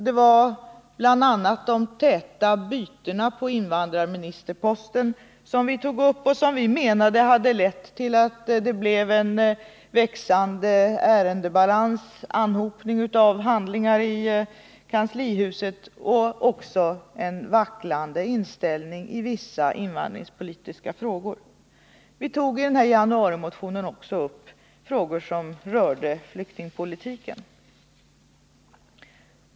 Det var bl.a. de täta bytena på invandrarministerposten som vi tog upp och som vi menade hade lett till att det blev en växande ärendebalans med anhopning av handlingar i kanslihuset och även en vacklande inställning i vissa invandrarpolitiska frågor. Vi tog i denna motion också upp frågor som rörde flyktingpolitiken.